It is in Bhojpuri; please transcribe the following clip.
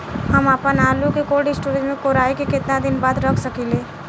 हम आपनआलू के कोल्ड स्टोरेज में कोराई के केतना दिन बाद रख साकिले?